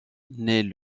naît